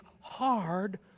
hard